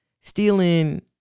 stealing